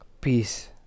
Peace